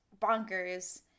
bonkers